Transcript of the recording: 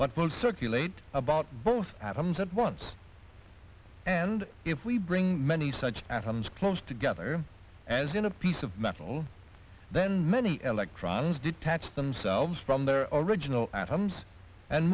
will circulate about both atoms at once and if we bring many such atoms close together as in a piece of metal then many electrons detach themselves from their original atoms and